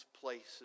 places